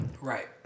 Right